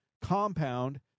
compound